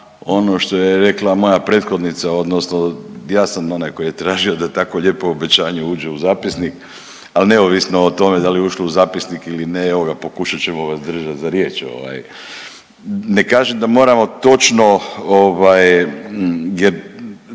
ono što je rekla moja prethodnica odnosno ja sam onaj koji je tražio da tako lijepo obećanje uđe u zapisnik. Ali neovisno o tome da li je ušlo u zapisnik ili ne evo pokušat ćemo vas držati za riječ. Ne kažem da moramo točno